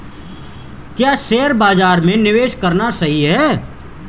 क्या शेयर बाज़ार में निवेश करना सही है?